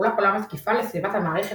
מחולק עולם התקיפה לסביבת המערכת,